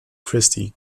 christie